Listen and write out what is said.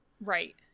Right